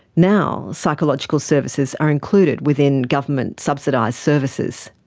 now psychological services are included within government subsidised services.